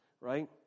right